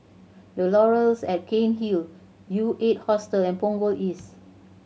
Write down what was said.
Laurels at Cairnhill U Eight Hostel and Punggol East